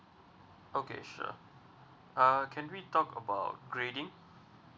okay sure uh can we talk about grading